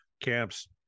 camps